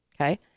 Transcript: Okay